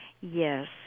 Yes